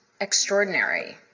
extraordinary